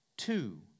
Two